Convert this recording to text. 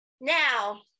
Now